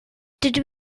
dydw